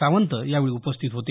सावंत यावेळी उपस्थित होते